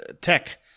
tech